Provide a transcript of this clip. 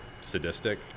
sadistic